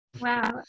Wow